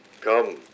Come